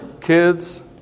kids